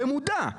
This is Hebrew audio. במודע.